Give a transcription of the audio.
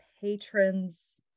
patrons